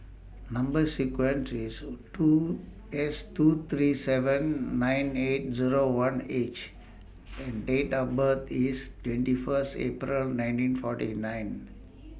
Number sequence IS two S two three seven nine eight Zero one H and Date of birth IS twenty First April nineteen forty nine